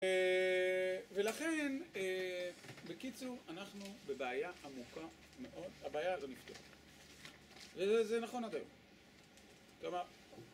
ולכן, בקיצור, אנחנו בבעיה עמוקה מאוד, הבעיה הזו נפתרה. זה נכון עד היום, כלומר.